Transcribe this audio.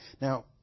now